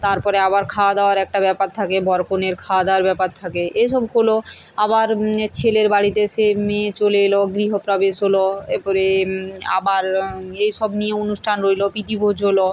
তারপরে আবার খাওয়া দাওয়ার একটা ব্যাপার থাকে বর কনের খাওয়া দাওয়ার ব্যাপার থাকে এসবগুলো আবার ছেলের বাড়িতে সে মেয়ে চলে এল গৃহপ্রবেশ হল এরপরে আবার এসব নিয়ে অনুষ্ঠান রইল প্রীতিভোজ হল